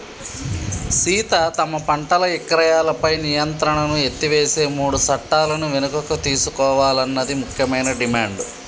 సీత తమ పంటల ఇక్రయాలపై నియంత్రణను ఎత్తివేసే మూడు సట్టాలను వెనుకకు తీసుకోవాలన్నది ముఖ్యమైన డిమాండ్